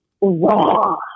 raw